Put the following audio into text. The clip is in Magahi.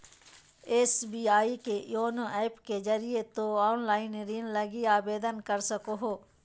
एस.बी.आई के योनो ऐप के जरिए तोय ऑनलाइन ऋण लगी आवेदन कर सको हो